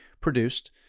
produced